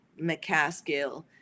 McCaskill